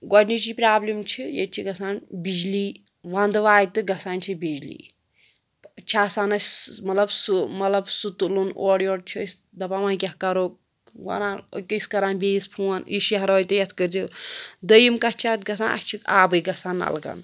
گۅڈنِچی problem چھِ ییٚتہِ چھِ گژھان بجلی ونٛدٕ واتہِ تہِ گژھان چھِ بجلی چھےٚ آسان اَسہِ مطلب سُہ مطلب سُہ تُلان اورٕ یور چھِ دَپان وۅنۍ کیٛاہ کرو ونان أتی چھِ کران بیٚیِس فون یہِ شہر وأتِو یتھ کٔرۍزیٚو دوٚیم کَتھ چھےٚ اَتھ گَژھان اَتھ چھُ آبٕے گژھان نَلکن